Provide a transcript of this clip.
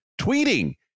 tweeting